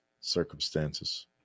circumstances